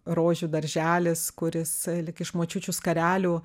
rožių darželis kuris lyg iš močiučių skarelių